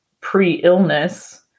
pre-illness